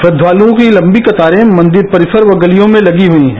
श्रधालुओं की लम्बी कतारें मंदिर परिसर व गलियों मे लगी हुई है